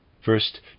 first